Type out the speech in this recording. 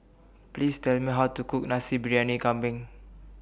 Please Tell Me How to Cook Nasi Briyani Kambing